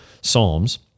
psalms